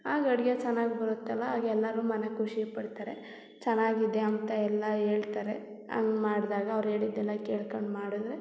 ಆಗ ಅಡುಗೆ ಚೆನ್ನಾಗಿ ಬರುತ್ತಲ್ಲ ಆಗ ಎಲ್ಲರೂ ಮನೆಲ್ ಖುಷಿಪಡ್ತಾರೆ ಚೆನ್ನಾಗಿದೆ ಅಂತ ಎಲ್ಲ ಹೇಳ್ತಾರೆ ಹಂಗ್ ಮಾಡಿದಾಗ ಅವ್ರು ಹೇಳಿದ್ದೆಲ್ಲ ಕೇಳ್ಕಂಡು ಮಾಡಿದ್ರೆ